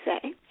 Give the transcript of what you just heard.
say